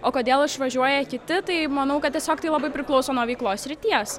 o kodėl išvažiuoja kiti tai manau kad tiesiog tai labai priklauso nuo veiklos srities